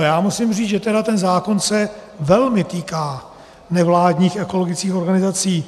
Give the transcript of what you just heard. Já musím říci, že ten zákon se velmi týká nevládních ekologických organizací.